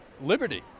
liberty